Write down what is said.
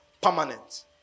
Permanent